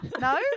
No